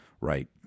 right